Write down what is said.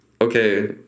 okay